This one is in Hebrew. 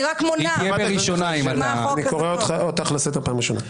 אני רק מונה מה --- אני קורא אותך לסדר פעם ראשונה.